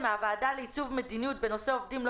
הוועדה לעיצוב מדיניות בנושא עובדים לא